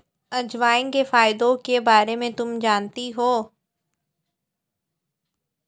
अजवाइन के फायदों के बारे में तुम जानती हो?